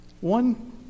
One